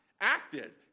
acted